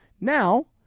Now